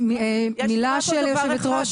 מילה של יושבת ראש